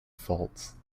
faults